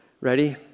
Ready